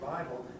Bible